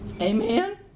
Amen